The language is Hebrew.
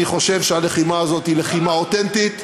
אני חושב שהלחימה הזאת היא לחימה אותנטית,